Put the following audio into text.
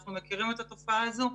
אנחנו מכירים את התופעה הזו,